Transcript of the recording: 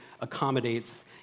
accommodates